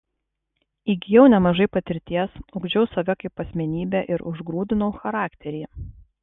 įgijau nemažai patirties ugdžiau save kaip asmenybę ir užgrūdinau charakterį